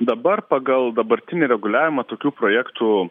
dabar pagal dabartinį reguliavimą tokių projektų